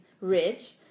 rich